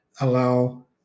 allow